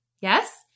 yes